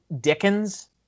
Dickens